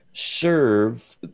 serve